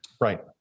Right